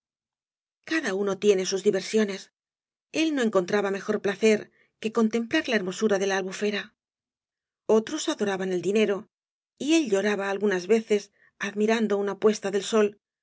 cada uno tiene sus diversiones el no encontraba mejor placer que contemplar la hermosura de la albufera otros adoraban el dinero y él lloraba algunas veces admirando una puesta del sol